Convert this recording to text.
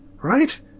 Right